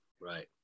right